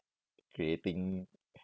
creating